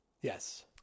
Yes